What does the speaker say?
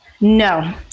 No